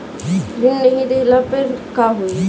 ऋण नही दहला पर का होइ?